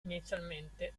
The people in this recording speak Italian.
inizialmente